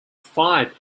five